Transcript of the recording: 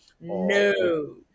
No